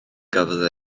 gafodd